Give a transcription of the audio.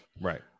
right